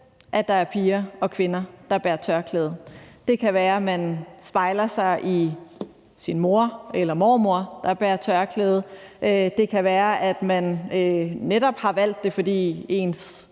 at der er piger og kvinder, der bærer tørklæde. Det kan være, man spejler sig i sin mor eller mormor, der bærer tørklæde. Det kan være, at man netop har valgt det, fordi ens